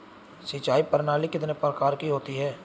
सिंचाई प्रणाली कितने प्रकार की होती हैं?